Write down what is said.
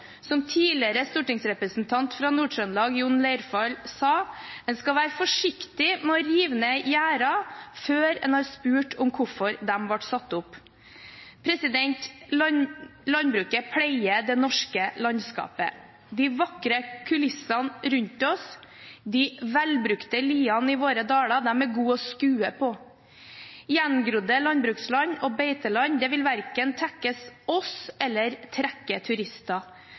Som tidligere stortingsrepresentant fra Nord-Trøndelag Jon Leirfall sa: «En skal være forsiktig med å rive ned gjerder før en har spurt om hvorfor de ble satt opp.» Landbruket pleier det norske landskapet, de vakre kulissene rundt oss. De velbrukte liene i våre daler er gode å skue på. Gjengrodd landbruksland og beiteland vil verken tekkes oss eller trekke turister.